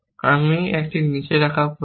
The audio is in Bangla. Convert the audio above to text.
আমি একটি নিচে রাখা প্রয়োজন